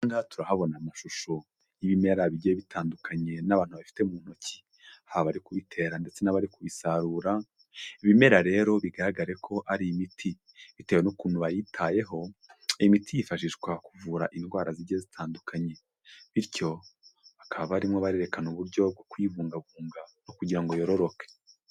Ahangaha turahabona amashusho y'ibimera bigiye bitandukanye n'abantu bafite mu ntoki haba abari kubitera ndetse n'abari kubisarura, ibi bimera rero bigaragare ko ari imiti bitewe n'ukuntu bayitayeho, iyi miti yifashishwa kuvura indwara zigiye zitandukanye bityo bakaba barimo barerekana uburyo bwo kuyibungabunga no kugira ngo yororoke.